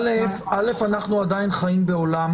ראשית, אנחנו עדין חיים בעולם